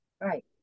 Right